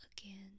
again